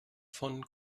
von